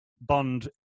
Bond